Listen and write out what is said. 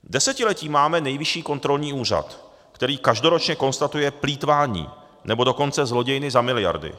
Desetiletí máme Nejvyšší kontrolní úřad, který každoročně konstatuje plýtvání, nebo dokonce zlodějny za miliardy.